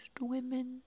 women